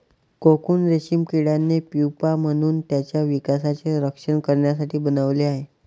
cocoon रेशीम किड्याने pupa म्हणून त्याच्या विकासाचे रक्षण करण्यासाठी बनवले आहे